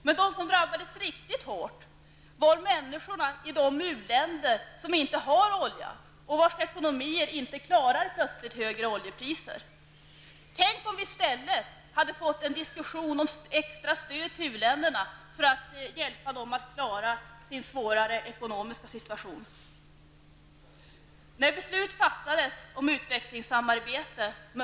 Men de som drabbades riktigt hårt var människorna i de u-länder som inte har olja och vars ekonomier inte klarar plötsligt högre oljepriser. Tänk om vi i stället hade fått en diskussion om extra stöd till u-länderna för att hjälpa dem att klara sin svåra ekonomiska situation!